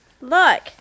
Look